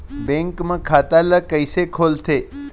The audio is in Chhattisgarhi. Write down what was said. बैंक म खाता ल कइसे खोलथे?